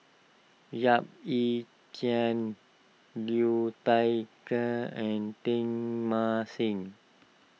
Yap Ee Chian Liu Thai Ker and Teng Mah Seng